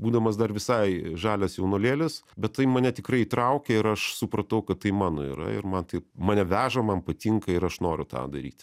būdamas dar visai žalias jaunuolėlis bet tai mane tikrai įtraukė ir aš supratau kad tai mano yra ir man tai mane veža man patinka ir aš noriu tą daryti